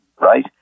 Right